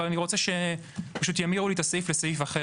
אבל הוא רוצה שפשוט ימירו לו את הסעיף לסעיף אחר,